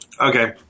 Okay